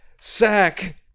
sack